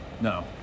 No